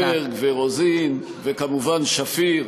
חברות הכנסת זנדברג ורוזין, וכמובן שפיר,